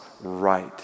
right